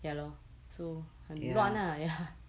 ya lor so 很乱啊 ya